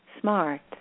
smart